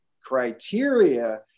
criteria